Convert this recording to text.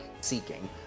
seeking